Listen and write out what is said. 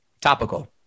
Topical